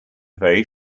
very